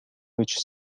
which